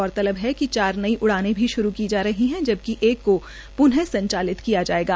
गौरतलब है क चार नई उड़ान भी शु क जा रह है ज बक एक को प्रन संचा लत कया जायेगा